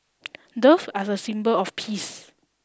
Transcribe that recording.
dove are a symbol of peace